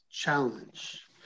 challenge